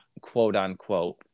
quote-unquote